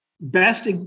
best